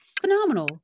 phenomenal